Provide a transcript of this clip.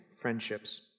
friendships